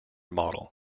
model